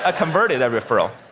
ah converted a referral.